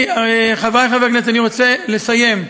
חברי חברי הכנסת, אני רוצה לסיים.